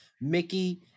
Mickey